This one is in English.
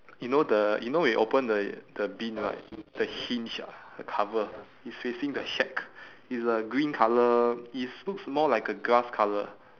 you know the you know you open the the bin right the hinge ah the cover is facing the shack it's a green colour is looks more like a grass colour